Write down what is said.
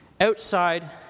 outside